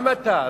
גם אתה.